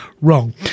wrong